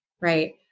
right